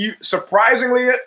surprisingly